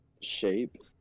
shape